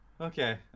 okay